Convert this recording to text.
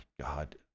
God